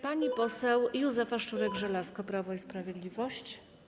Pani poseł Józefa Szczurek-Żelazko, Prawo i Sprawiedliwość.